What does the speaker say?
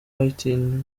whitney